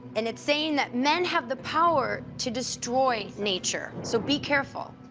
and it's saying that men have the power to destroy nature, so be careful.